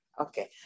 Okay